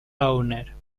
owner